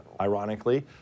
ironically